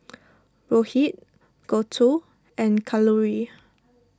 Rohit Gouthu and Kalluri